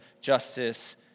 justice